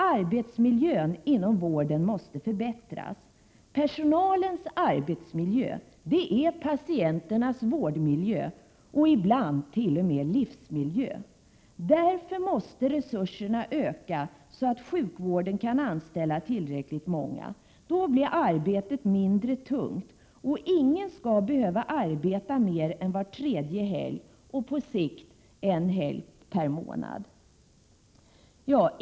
Arbetsmiljön inom vården måste förbättras. Personalens arbetsmiljö, det är patienternas vårdmiljö och ibland t.o.m. livsmiljö. Därför måste resurserna öka, så att sjukvården kan anställa tillräckligt många. Då blir arbetet mindre tungt. Ingen skall behöva arbeta mer än var tredje helg, och på sikt inte mer än en helg per månad.